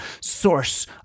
source